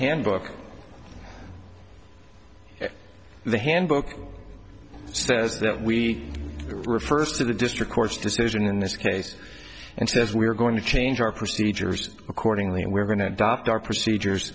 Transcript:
handbook the handbook says that we refers to the district court's decision in this case and says we are going to change our procedures accordingly and we're going to adopt our procedures